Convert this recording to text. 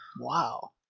wow